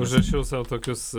užrašiau sau tokius